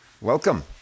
Welcome